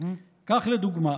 כך לדוגמה,